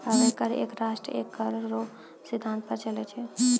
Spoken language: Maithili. अबै कर एक राष्ट्र एक कर रो सिद्धांत पर चलै छै